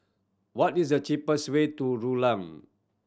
what is the cheapest way to Rulang